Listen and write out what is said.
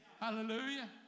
Hallelujah